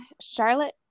charlotte